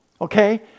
okay